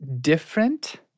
different